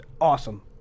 Awesome